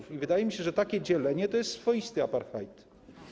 Wydaje mi się, że takie dzielenie to jest swoisty apartheid.